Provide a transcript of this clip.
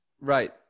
Right